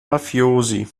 mafiosi